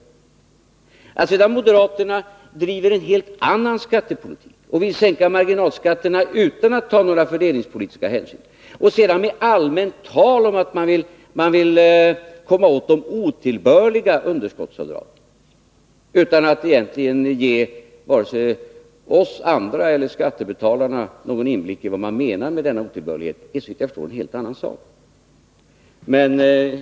Att sedan moderaterna driver en helt annan skattepolitik och vill sänka marginalskatterna, utan att ta några fördelningspolitiska hänsyn, och för ett allmänt tal om att man vill komma åt de otillbörliga underskottsavdragen, utan att egentligen ge vare sig oss andra eller skattebetalarna någon inblick i vad de menar med denna otillbörlighet, är såvitt jag förstår en helt annan sak.